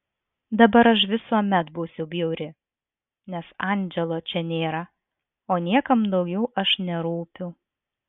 dabar aš visuomet būsiu bjauri nes andželo čia nėra o niekam daugiau aš nerūpiu